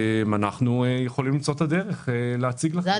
אנחנו יכולים למצוא את הדרך להציג לכם את עיקריה.